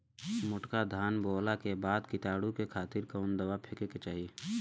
मोटका धान बोवला के बाद कीटाणु के खातिर कवन दावा फेके के चाही?